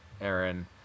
Aaron